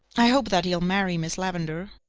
i hope that he'll marry miss lavendar,